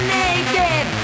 naked